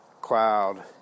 cloud